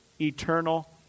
Eternal